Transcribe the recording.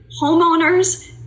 homeowners